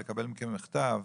לקבל מכם מכתב,